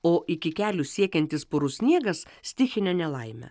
o iki kelių siekiantis purus sniegas stichine nelaime